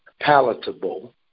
palatable